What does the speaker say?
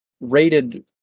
rated